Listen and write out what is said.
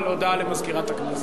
הודעה למזכירת הכנסת.